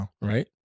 right